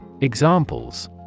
Examples